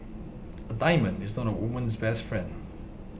a diamond is not a woman's best friend